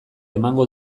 emango